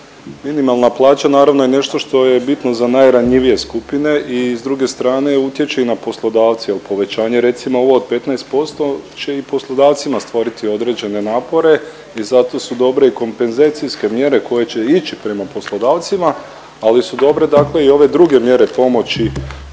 minimalna plaća naravno je nešto što je bitno za najranjivije skupine i s druge strane utječe i na poslodavce jel povećanje recimo ovo od 15% će i poslodavcima stvoriti određene napore i zato su dobre i kompenzacijske mjere koje će ić prema poslodavcima, ali su dobre dakle i ove druge mjere pomoći